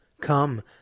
Come